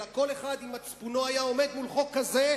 אלא כל אחד עם מצפונו היה עומד מול חוק כזה,